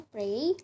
Pray